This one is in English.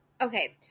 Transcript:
okay